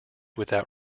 without